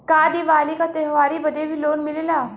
का दिवाली का त्योहारी बदे भी लोन मिलेला?